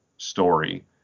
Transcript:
story